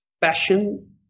passion